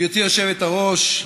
גברתי היושבת-ראש,